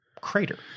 crater